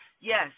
yes